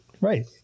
Right